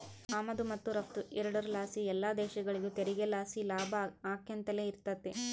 ಆಮದು ಮತ್ತು ರಫ್ತು ಎರಡುರ್ ಲಾಸಿ ಎಲ್ಲ ದೇಶಗುಳಿಗೂ ತೆರಿಗೆ ಲಾಸಿ ಲಾಭ ಆಕ್ಯಂತಲೆ ಇರ್ತತೆ